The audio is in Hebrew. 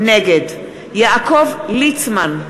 נגד יעקב ליצמן,